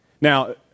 Now